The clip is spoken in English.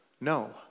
No